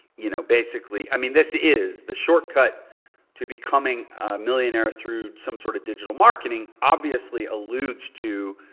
you know, basically, i mean this is the shortcut to becoming a millionaire through some sort of digital marketing obviously alludes to,